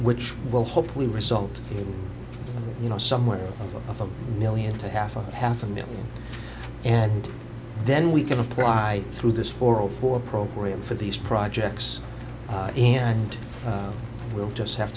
which will hopefully result in you know somewhere of a million to half a half a million and then we can apply through this forum for a program for these projects and we'll just have